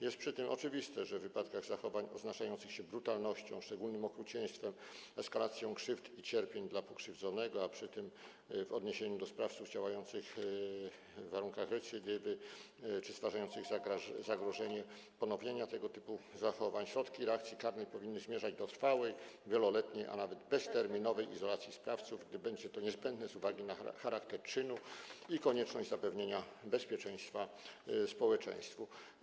Jest przy tym oczywiste, że w wypadkach zachowań odznaczających się brutalnością, szczególnym okrucieństwem, eskalacją krzywd i cierpień dla pokrzywdzonego, a przy tym w odniesieniu do sprawców działających w warunkach recydywy czy stwarzających zagrożenie ponowienia tego typu zachowań, środki reakcji karnej powinny zmierzać do trwałej, wieloletniej, a nawet bezterminowej izolacji sprawców, gdy będzie to niezbędne z uwagi na charakter czynu i konieczność zapewnienia bezpieczeństwa społeczeństwu.